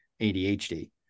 ADHD